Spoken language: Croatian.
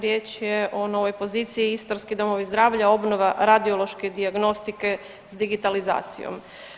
Riječ je o novoj poziciji istarski domovi zdravlja, obnova radiološke dijagnostike s digitalizacijom.